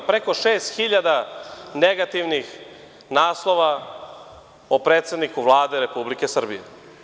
Preko 6000 negativnih naslova o predsedniku Vlade Republike Srbije.